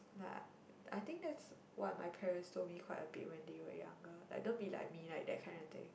like I think that's what my parents told me quite a bit when when they were younger like don't be like me like that kinda thing